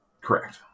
Correct